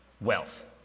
wealth